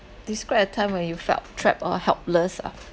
describe a time when you felt trapped or helpless ah